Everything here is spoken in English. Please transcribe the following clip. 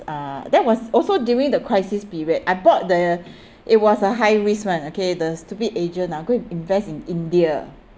uh that was also during the crisis period I bought the it was a high risk one okay the stupid agent ah go and invest in india